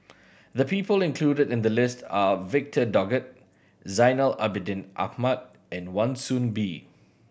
the people included in the list are Victor Doggett Zainal Abidin Ahmad and Wan Soon Bee